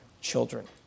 children